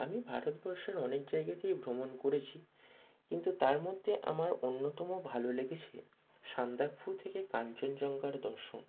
আমি ভারতবর্ষের অনেক জায়গাতেই ভ্রমণ করেছি কিন্তু তার মধ্যে আমার অন্যতম ভালো লেগেছে সান্দাকফু থেকে কাঞ্চনজঙ্ঘার দর্শন